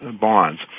bonds